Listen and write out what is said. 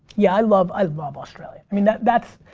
yeah, i love, i love australia. i mean that's,